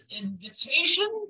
invitation